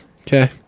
Okay